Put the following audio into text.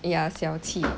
ya 小气